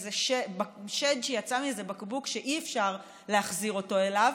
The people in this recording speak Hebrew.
איזה שד שיצא מאיזה בקבוק שאי-אפשר להחזיר אותו אליו,